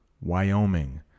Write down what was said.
wyoming